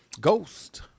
Ghost